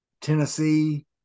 Tennessee